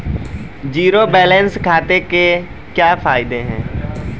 Zero balance खाते के क्या फायदे हैं?